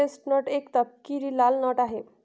chestnut एक तपकिरी लाल नट आहे